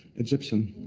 egyptian